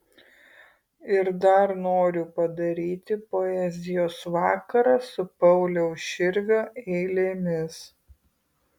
ir dar noriu padaryti poezijos vakarą su pauliaus širvio eilėmis